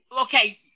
Okay